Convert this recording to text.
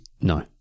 No